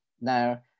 Now